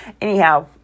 anyhow